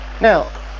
Now